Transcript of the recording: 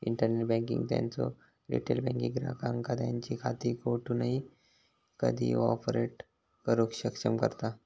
internet banking त्यांचो retail banking ग्राहकांका त्यांची खाती कोठूनही कधीही ऑपरेट करुक सक्षम करता